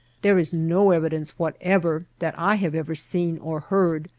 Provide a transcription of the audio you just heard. there is no evidence whatever, that i have ever seen or heard,